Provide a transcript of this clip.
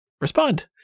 respond